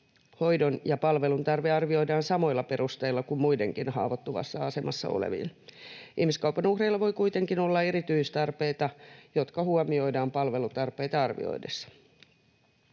hoidon- ja palveluntarve arvioidaan samoilla perusteilla kuin muidenkin haavoittuvassa asemassa olevien. Ihmiskaupan uhreilla voi kuitenkin olla erityistarpeita, jotka huomioidaan palvelutarpeita arvioitaessa.